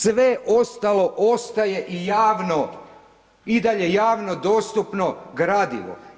Sve ostalo ostaje i javno i dalje javno dostupno gradivo.